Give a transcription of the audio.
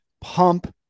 pump